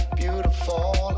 beautiful